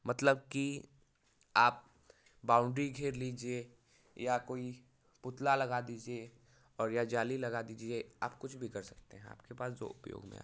मतलब कि आप बाउंड्री घेर लीजिए या कोई पुतला लगा दीजिए और या जाली लगा दीजिए आप कुछ भी कर सकते हैं अपके पास जो उपयोग में है